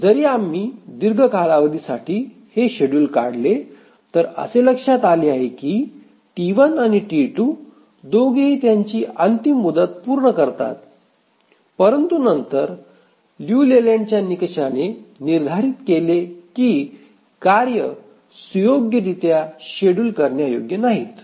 जरी आम्ही दीर्घ कालावधी साठी हे शेड्युल काढले तर असे लक्षात आले आहे की T1 आणि T 2 दोघेही त्यांची अंतिम मुदत पूर्ण करतात परंतु नंतर लिऊ लेलँड निकषाने निर्धारित केले की कार्ये सुयोग्य रित्या शेड्यूल करण्यायोग्य नाहीत